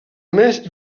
més